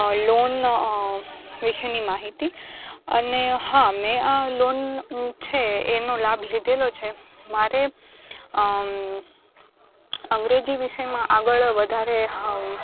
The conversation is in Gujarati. લોન વિષયની માહિતી અને હા મેં આ લોન છે એનો લાભ લીધેલો છે મારે અંગ્રેજી વિષયમાં આગળ વધારે